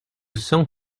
sans